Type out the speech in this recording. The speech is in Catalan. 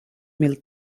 mil